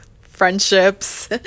friendships